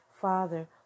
father